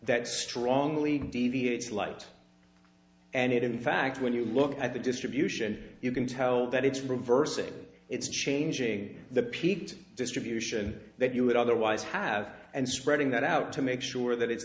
that strongly deviates light and it in fact when you look at the distribution you can tell that it's reversing it's changing the peat distribution that you would otherwise have and spreading that out to make sure that it's